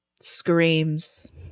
screams